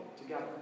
together